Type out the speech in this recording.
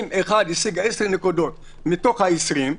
אם אחד השיג 10 נקודות מתוך ה-20,